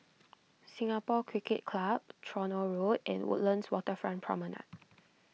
Singapore Cricket Club Tronoh Road and Woodlands Waterfront Promenade